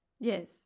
Yes